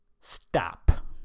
Stop